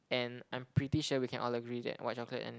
and I'm pretty sure we can all agree that white chocolate and